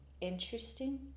interesting